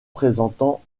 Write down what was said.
présentant